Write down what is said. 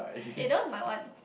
eh that one's my one